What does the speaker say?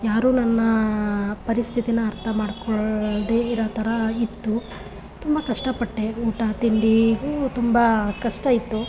ಯಾರೂ ನನ್ನ ಪರಿಸ್ಥಿತಿ ಅರ್ಥ ಮಾಡಿಕೊಳ್ದೆ ಇರೋ ಥರ ಇತ್ತು ತುಂಬ ಕಷ್ಟ ಪಟ್ಟೆ ಊಟ ತಿಂಡಿಗೂ ತುಂಬ ಕಷ್ಟ ಇತ್ತು